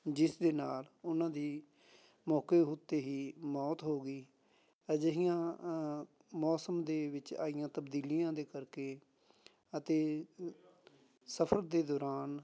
ਜਿਸ ਦੇ ਨਾਲ ਉਹਨਾਂ ਦੀ ਮੌਕੇ ਉੱਤੇ ਹੀ ਮੌਤ ਹੋ ਗਈ ਅਜਿਹੀਆਂ ਮੌਸਮ ਦੇ ਵਿੱਚ ਆਈਆਂ ਤਬਦੀਲੀਆਂ ਦੇ ਕਰਕੇ ਅਤੇ ਸਫਰ ਦੇ ਦੌਰਾਨ